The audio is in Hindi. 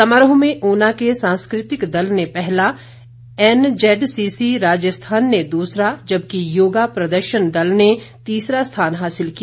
समारोह में ऊना के सांस्कृतिक दल ने पहला एनजैडसीसी राजस्थान ने दूसरा जबकि योगा प्रदर्शन दल ने तीसरा स्थान हासिल किया